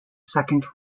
second